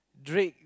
Drake